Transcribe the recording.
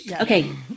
Okay